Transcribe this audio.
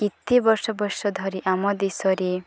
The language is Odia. କେତେ ବର୍ଷ ବର୍ଷ ଧରି ଆମ ଦେଶରେ